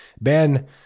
Ben